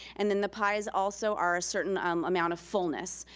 and then the pies also are a certain amount of fullness,